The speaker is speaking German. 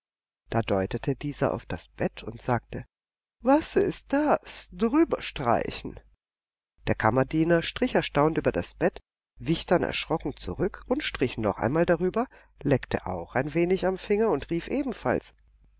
da deutete dieser auf das bett und sagte was ist das drüberstreichen der kammerdiener strich erstaunt über das bett wich dann erschrocken zurück und strich noch einmal darüber leckte auch ein wenig am finger und rief ebenfalls